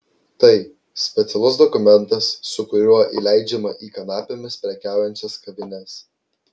tai specialus dokumentas su kuriuo įleidžiama į kanapėmis prekiaujančias kavines